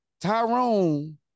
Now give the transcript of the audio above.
Tyrone